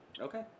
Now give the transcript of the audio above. Okay